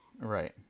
Right